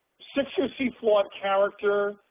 six who see flawed character,